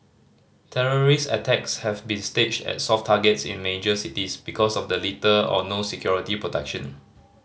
terrorist attacks have been staged at soft targets in major cities because of the little or no security protection